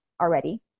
already